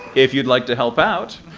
if you would like to help out,